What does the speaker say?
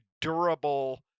durable